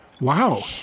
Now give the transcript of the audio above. Wow